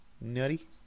nutty